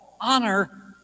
honor